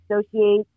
associate